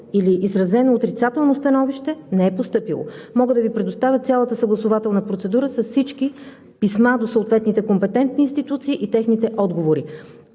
или изразено отрицателно становище не е постъпило. Мога да Ви предоставя цялата съгласувателна процедура с всички писма до съответните компетентни институции и техните отговори.